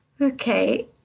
Okay